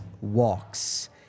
walks